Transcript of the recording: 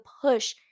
push